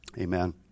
amen